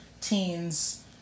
teens